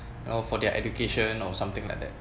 you know for their education or something like that